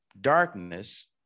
darkness